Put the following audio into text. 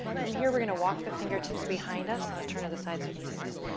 from here, we're going to walk the fingertips behind us. i'm gonna turn to the side so you can see this.